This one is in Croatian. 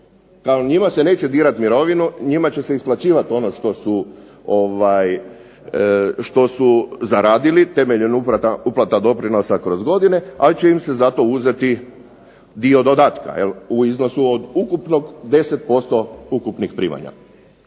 Ali njima se neće dirati mirovinu. Njima će se isplaćivati ono što su zaradili temeljem uplata doprinosa kroz godine, ali će im se zato uzeti dio dodatka u iznosu od ukupnog 10% ukupnih primanja.